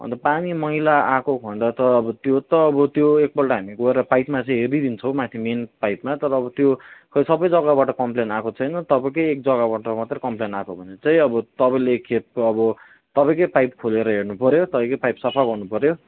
अन्त पानी मैला आएको खण्ड त अब त्यो त अब त्यो एकपल्ट हामी गएर पाइपमा चाहिँ हरिदिन्छौँ माथि मेन पाइपमा तर अब त्यो खै सबै जग्गाबाट कम्प्लेन आएको छैन तपाईँकै एक जग्गाबाट मात्रै कम्प्लेन आएको हो भने चाहिँ अब तपाईँले एकखेप अब तपाईँकै पाइप खोलेर हेर्नुपऱ्यो तपाईँकै पाइप सफा गर्नुपर्यो